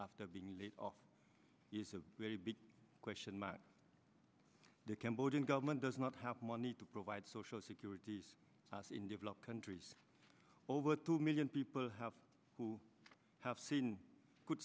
after being laid off is a very big question mark the cambodian government does not have money to provide social security in developed countries over two million people have who have seen